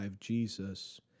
Jesus